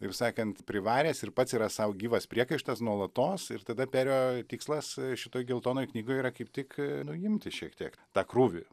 ir sakant privaręs ir pats yra sau gyvas priekaištas nuolatos ir tada perio tikslas šitoj geltonoj knygoj yra kaip tik nuimti šiek tiek tą krūvį